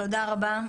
תודה רבה.